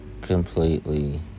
completely